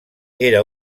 era